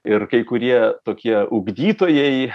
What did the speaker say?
ir kai kurie tokie ugdytojai